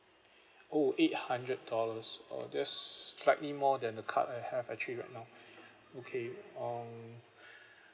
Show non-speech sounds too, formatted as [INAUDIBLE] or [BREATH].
oh eight hundred dollars uh that's slightly more than the card I have actually right now [BREATH] okay um